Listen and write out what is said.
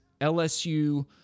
LSU